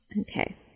Okay